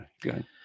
good